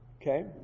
Okay